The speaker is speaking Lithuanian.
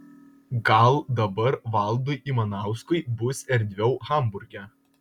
gal dabar valdui ivanauskui bus erdviau hamburge